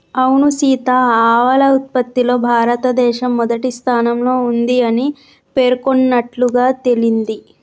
అవును సీత ఆవాల ఉత్పత్తిలో భారతదేశం మొదటి స్థానంలో ఉంది అని పేర్కొన్నట్లుగా తెలింది